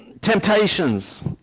temptations